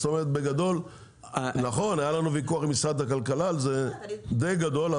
זאת אומרת בגדול נכון היה לנו ויכוח עם משרד הכלכלה על זה די גדול,